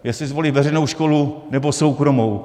Jestli zvolí veřejnou školu, nebo soukromou.